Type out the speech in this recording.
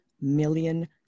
million